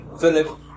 Philip